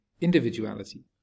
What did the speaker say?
individuality